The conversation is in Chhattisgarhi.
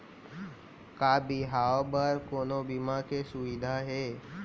का बिहाव बर कोनो बीमा के सुविधा हे?